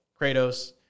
Kratos